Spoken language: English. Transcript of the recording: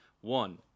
one